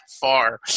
far